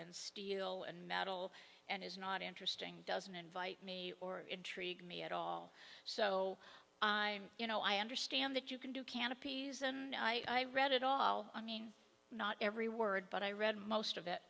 and steel and metal and is not interesting doesn't invite me or intrigue me at all so i you know i understand that you can do canopies and i read it all i mean not every word but i read most of it